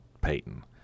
Peyton